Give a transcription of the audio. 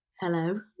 hello